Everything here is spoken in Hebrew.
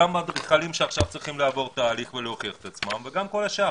גם אדריכלים שעכשיו צריכים לעבור תהליך ולהוכיח את עצמם וגם כל השאר.